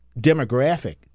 demographic